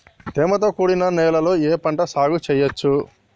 తేమతో కూడిన నేలలో ఏ పంట సాగు చేయచ్చు?